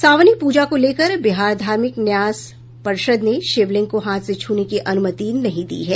सावनी पूजा को लेकर बिहार धार्मिक न्यास पर्षद ने शिवलिंग को हाथ से छूने की अनुमति नहीं दी है